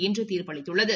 இன்று தீர்ப்பு அளித்துள்ளது